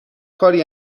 کاری